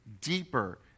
deeper